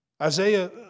Isaiah